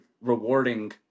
rewarding